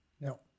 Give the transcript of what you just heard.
No